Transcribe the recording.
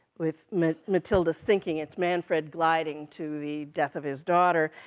with matilda sinking, it's manfred gliding to the death of his daughter,